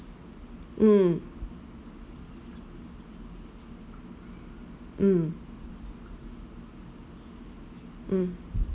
mm mm mm